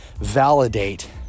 validate